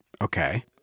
Okay